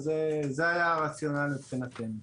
זה היה הרציונל מבחינתנו.